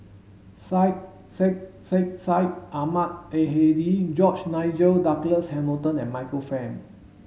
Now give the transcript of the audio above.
Syed Sheikh Sheikh Syed Ahmad Al Hadi George Nigel Douglas Hamilton and Michael Fam